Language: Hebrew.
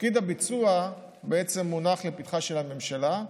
תפקיד הביצוע בעצם מונח לפתחה של הממשלה,